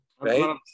Right